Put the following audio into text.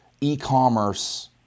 e-commerce